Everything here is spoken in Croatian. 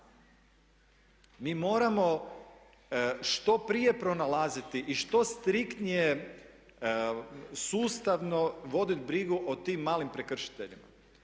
Mi moramo što prije pronalaziti i što striktnije sustavno voditi brigu o tim malim prekršiteljima.